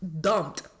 dumped